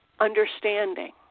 understanding